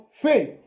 faith